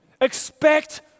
Expect